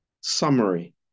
summary